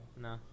No